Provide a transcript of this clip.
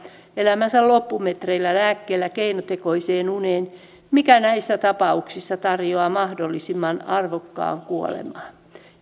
elämänsä loppumetreillä lääkkeellä keinotekoiseen uneen mikä näissä tapauksissa tarjoaa mahdollisimman arvokkaan kuoleman